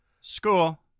school